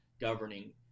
governing